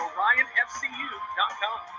OrionFCU.com